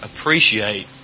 appreciate